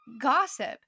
gossip